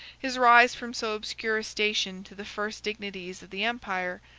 his rise from so obscure a station to the first dignities of the empire,